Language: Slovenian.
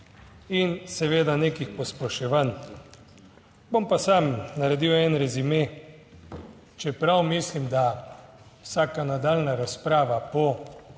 in seveda nekih posploševanj. Bom pa sam naredil en resumé, čeprav mislim, da vsaka nadaljnja razprava po